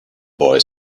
boy